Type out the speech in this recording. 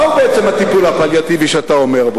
מהו בעצם הטיפול הפליאטיבי שאתה אומר?